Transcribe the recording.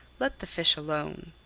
let the fish alone.